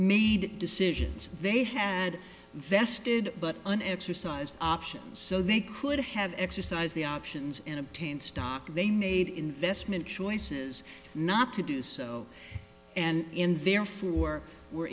made decisions they had vested but an exercised options so they could have exercised the options and obtained stock they made investment choices not to do so and in therefore were